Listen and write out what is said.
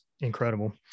incredible